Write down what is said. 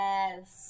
Yes